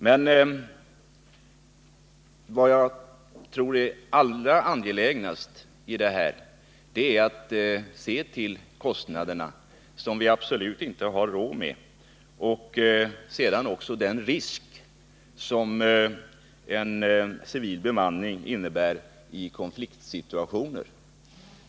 Men allra angelägnast tror jag det är att se till kostnaderna för civil bemanning, som vi absolut inte har råd med. Man måste också ta hänsyn till den risk som en civil bemanning innebär i konfliktsituationer.